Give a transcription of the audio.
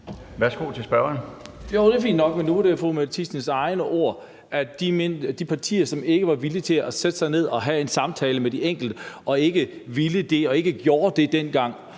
det er fint nok, men nu er det jo fru Mette Thiesens egne ord om de partier, som ikke var villige til at sætte sig ned og havde en samtale med de enkelte, og som ikke gjorde det dengang,